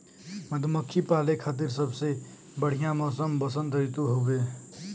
मधुमक्खी पाले खातिर सबसे बढ़िया मौसम वसंत ऋतु हउवे